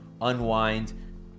unwind